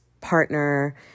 partner